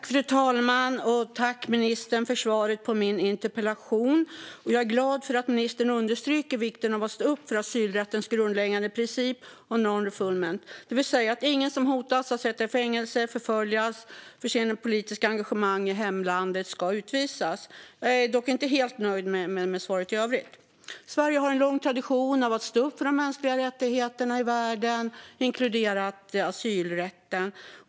Fru talman! Tack, ministern, för svaret på min interpellation! Jag är glad för att ministern understryker vikten av att stå upp för asylrättens grundläggande princip om non-refoulement, det vill säga att ingen som riskerar att sättas i fängelse eller förföljas för sitt politiska engagemang i hemlandet ska utvisas. Jag är dock inte helt nöjd med svaret i övrigt. Sverige har en lång tradition av att stå upp för de mänskliga rättigheterna i världen, inklusive asylrätten.